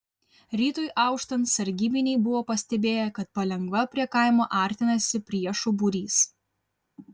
rytui auštant sargybiniai buvo pastebėję kad palengva prie kaimo artinasi priešų būrys